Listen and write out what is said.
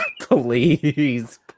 Please